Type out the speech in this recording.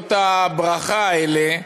מילות הברכה האלה,